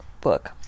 book